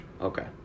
Okay